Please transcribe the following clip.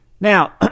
Now